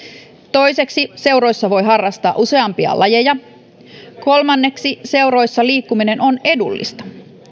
toiseksi seuroissa voi harrastaa useampia lajeja kolmanneksi seuroissa liikkuminen on edullista